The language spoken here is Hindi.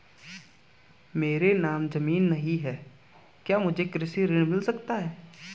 मेरे नाम ज़मीन नहीं है क्या मुझे कृषि ऋण मिल सकता है?